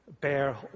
bear